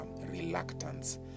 reluctance